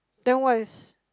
then what is